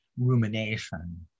rumination